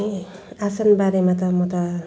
हे आसन बारेमा त म त